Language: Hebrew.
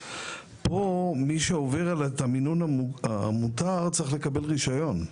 פה, מי שעובר את המינון המותר צריך לקבל רישיון.